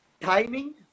Timing